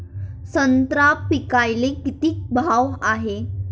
संत्रा पिकाले किती भाव हाये?